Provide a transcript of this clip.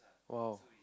!wow!